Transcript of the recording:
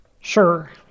Sure